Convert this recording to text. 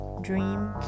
Dream